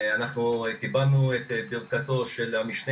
ואנחנו קיבלנו את ברכתו של המשנה